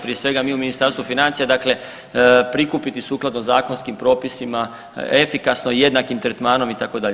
Prije svega mi u Ministarstvu financija prikupiti sukladno zakonskim propisima efikasno i jednakim tretmanom itd.